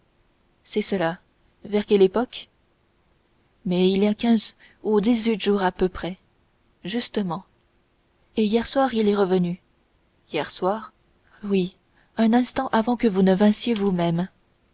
c'est cela vers quelle époque mais il y a quinze ou dix-huit jours à peu près justement et hier soir il est revenu hier soir oui un instant avant que vous vinssiez vous-même